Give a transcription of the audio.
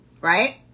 Right